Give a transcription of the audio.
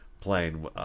playing